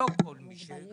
לא כל מי שלא נמצא.